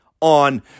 on